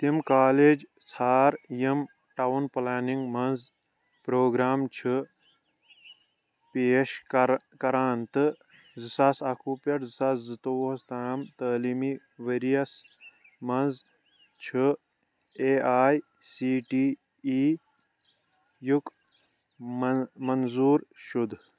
تِم کالج ژھار یِم ٹاوُن پٕلینِنٛگ مَنٛز پروگرام چھِ پیش کر کران تہٕ زٕ ساس اَکہٕ وُہ پٮ۪ٹھ زٕ ساس زٕ تووُہ تام تعلیٖمی ؤرۍ یَس مَنٛز چھُ A I C T E یُک من منظوٗر شُدٕ